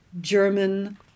German